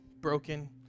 broken